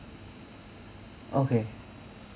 okay